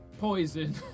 poison